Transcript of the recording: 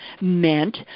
meant